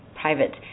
private